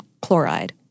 chloride